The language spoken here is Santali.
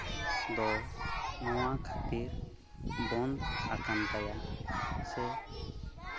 ᱫᱚ ᱱᱚᱣᱟ ᱠᱷᱟᱹᱛᱤᱨ ᱵᱚᱱᱫᱷ ᱟᱠᱟᱱ ᱛᱟᱭᱟ ᱥᱮ